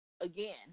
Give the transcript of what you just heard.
again